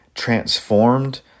transformed